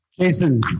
Jason